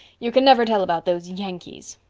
you can never tell about those yankees.